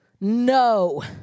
No